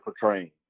portraying